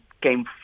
came